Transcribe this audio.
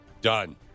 Done